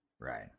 Right